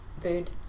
food